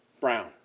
brown